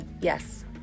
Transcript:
yes